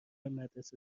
مدرسه